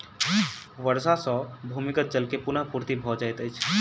वर्षा सॅ भूमिगत जल के पुनःपूर्ति भ जाइत अछि